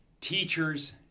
teachers